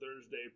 Thursday